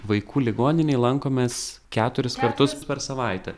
vaikų ligoninėj lankomės keturis kartus per savaitę